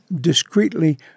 discreetly